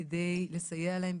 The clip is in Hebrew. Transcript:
על מנת לסייע להם.